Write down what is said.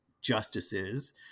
justices